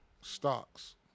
stocks